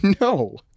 No